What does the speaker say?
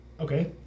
Okay